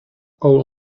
all